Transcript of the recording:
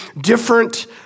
different